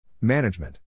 Management